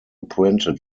printed